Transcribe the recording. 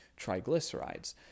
triglycerides